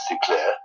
declare